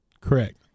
Correct